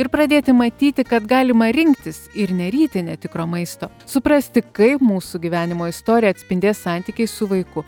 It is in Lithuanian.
ir pradėti matyti kad galima rinktis ir neryti netikro maisto suprasti kaip mūsų gyvenimo istoriją atspindės santykiai su vaiku